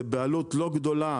זה בעלות לא גדולה,